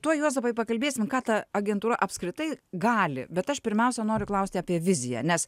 tuoj juozapai pakalbėsim ką ta agentūra apskritai gali bet aš pirmiausia noriu klausti apie viziją nes